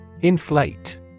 Inflate